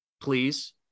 please